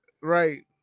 Right